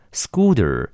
scooter